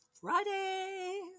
Friday